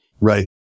Right